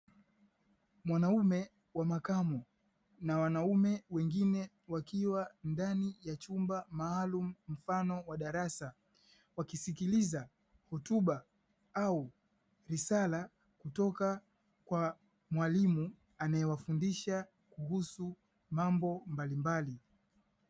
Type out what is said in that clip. Wanaume wa makamu na wanaume wengine wakiwa ndani ya chumba maalumu mfano wa darasa, wakisilikiliza hotuba au risala kutoka Kwa mwalimu anaye wafundisha kuhusu mambo mbalimbali.